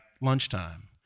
lunchtime